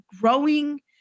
growing